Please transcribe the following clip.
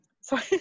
sorry